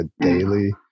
daily